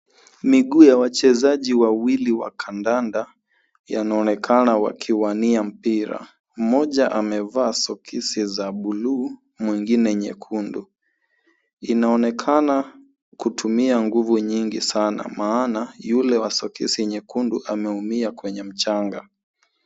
Miguu ya wachezaji wawili wa kandanda yanaonekana wakiwania mpira. Mmoja amevaa soksi za buluu, mwingine nyekundu. Inaonekana kutumia nguvu nyingi sana maana yule wa soksi nyekundu ameumia kwenye mchanga.